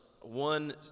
one